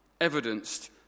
evidenced